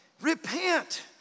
Repent